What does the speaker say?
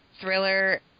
thriller